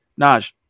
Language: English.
Naj